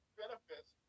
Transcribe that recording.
benefits